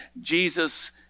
Jesus